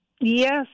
Yes